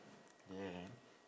yeah